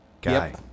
guy